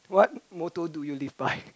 what motto do you live by